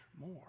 more